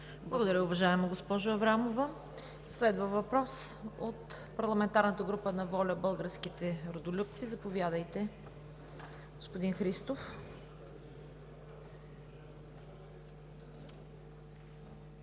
Благодаря Ви, уважаема госпожо Аврамова. Следва въпрос от парламентарната група на „ВОЛЯ – Българските Родолюбци“. Заповядайте, господин Христов.